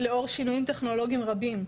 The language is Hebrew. לאור שינויים טכנולוגיים רבים,